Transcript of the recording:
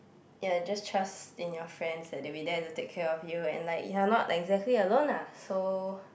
ya just trusts in your friends that they'll be there to take of you and like ya not like you are exactly alone lah so